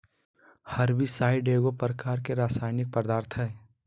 herbicide एगो प्रकार के रासायनिक पदार्थ हई